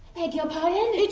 beg your pardon? it's